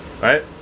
Right